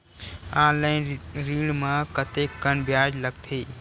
Online ऋण म कतेकन ब्याज लगथे?